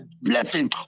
blessing